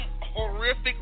horrific